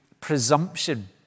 presumption